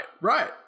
right